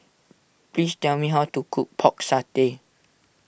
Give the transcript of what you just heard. please tell me how to cook Pork Satay